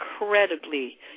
incredibly